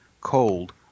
cold